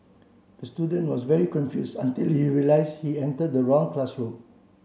the student was very confused until he realised he entered the wrong classroom